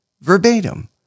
verbatim